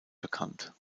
bekannt